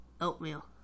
Oatmeal